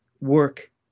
work